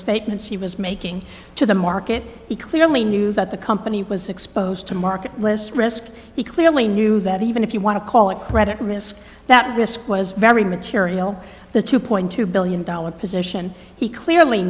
statements he was making to the market he clearly knew that the company was exposed to market less risk he clearly knew that even if you want to call it credit risk that risk was very material the two point two billion dollars position he clearly